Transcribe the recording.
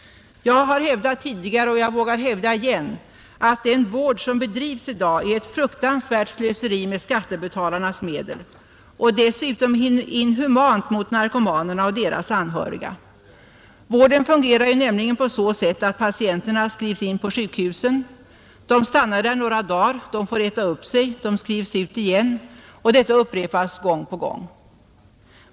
Jag har hävdat tidigare och jag vågar hävda igen att den vård som bedrivs i dag är ett fruktansvärt slöseri med skattebetalarnas medel och dessutom inhuman mot narkomanerna och deras anhöriga. Vården fungerar ju nämligen på så sätt att patienterna skrivs in på sjukhuset, de stannar där några dagar, de får äta upp sig, de skrivs ut. Detta upprepas gång på gång.